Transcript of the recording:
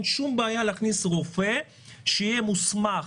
אין שום בעיה להכניס רופא שיהיה מוסמך